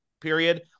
period